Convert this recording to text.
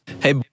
hey